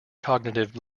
cognitive